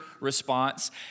response